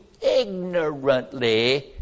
ignorantly